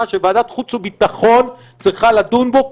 שוועדת החוץ והביטחון צריכה לדון בו,